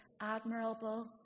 admirable